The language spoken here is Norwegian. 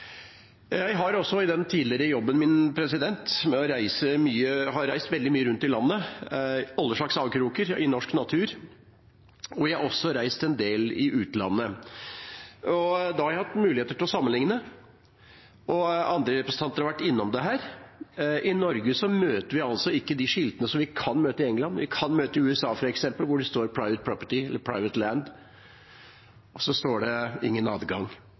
Jeg har også i den tidligere jobben min reist veldig mye rundt i landet, i alle slags avkroker i norsk natur, og jeg har også reist en del i utlandet. Da har jeg hatt muligheten til å sammenligne. Andre representanter har vært innom det her: I Norge møter vi ikke de skiltene som vi f.eks. kan møte på i England eller i USA, hvor det står «private property» eller «private land», og så står det: ingen adgang.